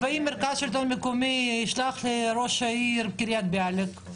ואם מרכז השלטון המקומי ישלח את ראש עיריית קרית ביאליק?